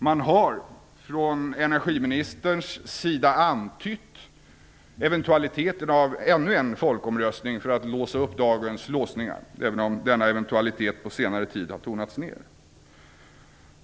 Man har från energiministerns sida antytt eventualiteten av en ny folkomröstning för att låsa upp dagens låsningar, även om denna eventualitet på senare tid tonats ner.